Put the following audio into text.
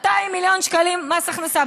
200 מיליון שקלים מס הכנסה.